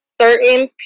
certain